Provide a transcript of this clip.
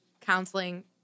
counseling